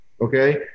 okay